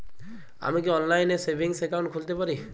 আমি কি অনলাইন এ সেভিংস অ্যাকাউন্ট খুলতে পারি?